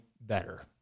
better